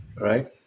Right